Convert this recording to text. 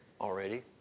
already